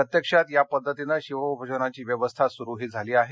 प्रत्यक्षात या पद्धतीनं शिवभोजनाची व्यवस्था सुरूही झाली आहे